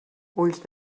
ulls